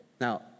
Now